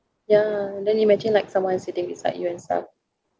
ya then imagine like someone sitting beside you and stuff